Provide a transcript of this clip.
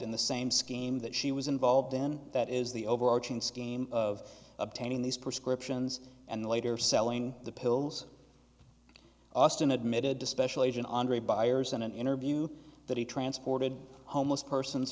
in the same scheme that she was involved in that is the overarching scheme of obtaining these prescriptions and later selling the pills austin admitted to special agent andre byers in an interview that he transported homeless person